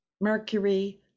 mercury